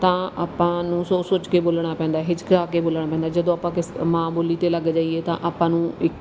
ਤਾਂ ਆਪਾਂ ਨੂੰ ਸੋਚ ਸੋਚ ਕੇ ਬੋਲਣਾ ਪੈਂਦਾ ਹਿਚਕਾ ਕੇ ਬੋਲਣਾ ਪੈਂਦਾ ਜਦੋਂ ਆਪਾਂ ਕਿਸ ਮਾਂ ਬੋਲੀ 'ਤੇ ਲੱਗ ਜਾਈਏ ਤਾਂ ਆਪਾਂ ਨੂੰ ਇੱਕ